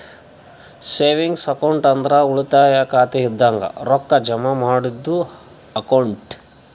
savings account ಅಂದ್ರ ಉಳಿತಾಯ ಖಾತೆ ಇದಂಗ ರೊಕ್ಕಾ ಜಮಾ ಮಾಡದ್ದು ಅಕೌಂಟ್